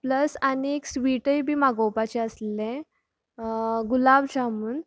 plus आनीक स्वीटय बी मागोवपाचे आसलेले गुलाब जामून